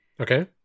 Okay